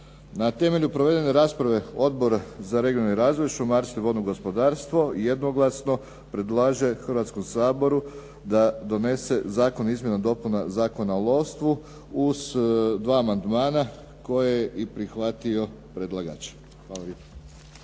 Na temelju provedene rasprave Odbor za regionalni razvoj, šumarstvo i vodno gospodarstvo jednoglasno predlaže Hrvatskom saboru da donese Zakon o izmjenama i dopunama Zakona o lovstvu uz dva amandmana koje je i prihvatio predlagač. Hvala